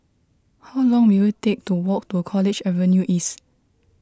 how long will it take to walk to College Avenue East